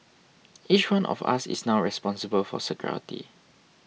each one of us is now responsible for security